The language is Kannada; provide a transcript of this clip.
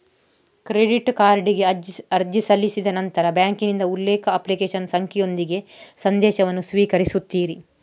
ಕ್ರೆಡಿಟ್ ಕಾರ್ಡಿಗೆ ಅರ್ಜಿ ಸಲ್ಲಿಸಿದ ನಂತರ ಬ್ಯಾಂಕಿನಿಂದ ಉಲ್ಲೇಖ, ಅಪ್ಲಿಕೇಶನ್ ಸಂಖ್ಯೆಯೊಂದಿಗೆ ಸಂದೇಶವನ್ನು ಸ್ವೀಕರಿಸುತ್ತೀರಿ